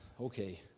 okay